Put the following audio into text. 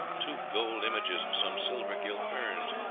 two gold images, some silver-gilt urns,